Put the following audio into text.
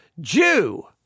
Jew